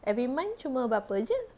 every month cuma berapa jer